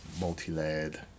multi-layered